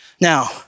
Now